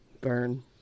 burn